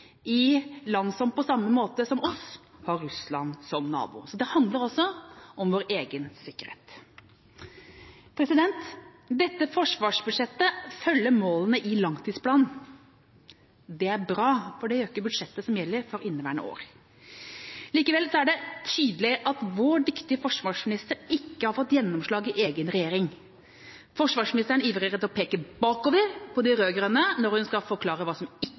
i land som på samme måte som oss har Russland som nabo. Så det handler også om vår egen sikkerhet. Dette forsvarsbudsjettet følger målene i langtidsplanen. Det er bra, for det gjør ikke budsjettet som gjelder for inneværende år. Likevel er det tydelig at vår dyktige forsvarsminister ikke har fått gjennomslag i egen regjering. Forsvarsministeren ivrer etter å peke bakover på de rød-grønne når hun skal forklare hva som ikke